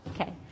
Okay